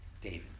David